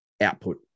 output